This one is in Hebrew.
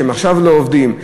שעכשיו לא עובדים.